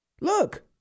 Look